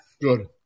good